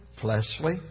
fleshly